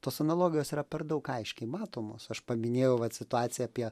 tos analogijos yra per daug aiškiai matomos aš paminėjau vat situaciją apie